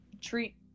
treat